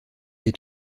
est